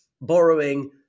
borrowing